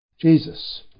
Jesus